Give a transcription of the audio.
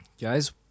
guys